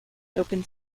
open